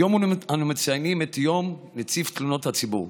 היום אנו מציינים את יום נציב תלונות הציבור.